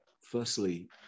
firstly